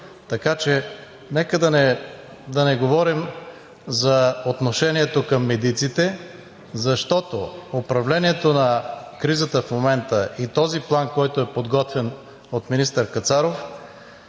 Така че нека да не говорим за отношението към медиците, защото управлението на кризата в момента и този план, който е подготвен от министър Кацаров,